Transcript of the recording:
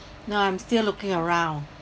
no I'm still looking around